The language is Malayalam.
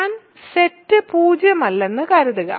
ഞാൻ സെറ്റ് പൂജ്യമല്ലെന്ന് കരുതുക